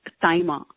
Timer